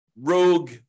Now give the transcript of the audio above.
rogue